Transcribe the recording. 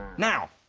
now,